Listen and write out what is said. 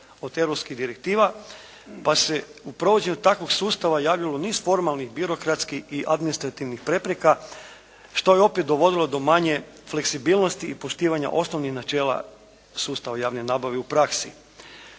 od europskih direktiva pa se u provođenju takvog sustava javilo niz formalnih birokratskih i administrativnih prepreka što je opet dovodilo do manje fleksibilnosti i poštivanja osnovnih načela sustava javne nabave u praksi.